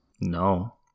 No